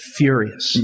furious